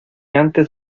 antes